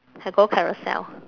can go carousell